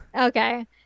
okay